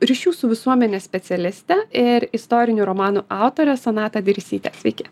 visų ryšių su visuomene specialistę ir istorinių romanų autorė sonatą dirsytę sveiki